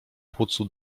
płucu